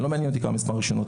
לא מעניין אותי מספר הרישיונות,